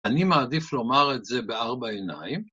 ‫אני מעדיף לומר את זה בארבע עיניים.